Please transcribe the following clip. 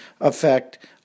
effect